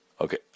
Okay